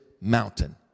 mountain